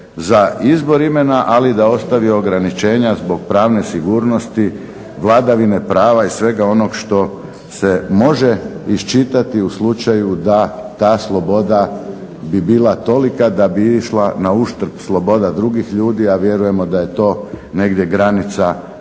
za izbor imena, ali da ostavi ograničenja zbog pravne sigurnosti vladavine prava i svega onog što se može iščitati u slučaju da ta sloboda bi bila tolika da bi išla na uštrb sloboda drugih ljudi, a vjerujemo da je to negdje granica